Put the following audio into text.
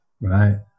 Right